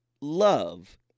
love